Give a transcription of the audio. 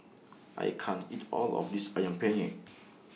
I can't eat All of This Ayam Penyet